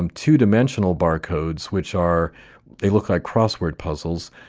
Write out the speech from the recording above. um two-dimensional barcodes which are they look like crossword puzzles,